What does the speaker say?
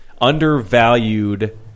undervalued